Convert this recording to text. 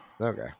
okay